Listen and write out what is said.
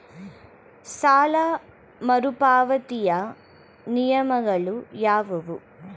ಸಾಲ ಮರುಪಾವತಿಯ ನಿಯಮಗಳು ಯಾವುವು?